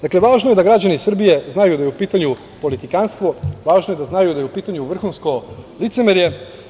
Dakle, važno je da građani Srbije znaju da je u pitanju politikantstvo, važno je da znaju da je u pitanju vrhunsko licemerje.